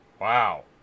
Wow